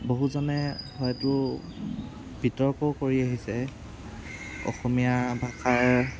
বহুজনে হয়তো বিৰ্তকও কৰি আহিছে অসমীয়া ভাষাৰ